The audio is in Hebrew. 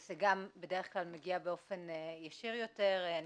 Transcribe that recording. זה גם מגיע באופן ישיר יותר, בדרך כלל.